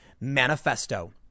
manifesto